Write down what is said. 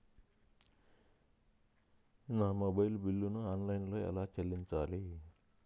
నా మొబైల్ బిల్లును ఆన్లైన్లో ఎలా చెల్లించాలి?